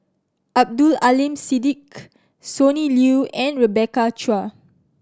Abdul Aleem Siddique Sonny Liew and Rebecca Chua